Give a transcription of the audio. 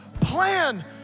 plan